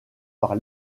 par